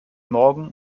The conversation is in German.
morgen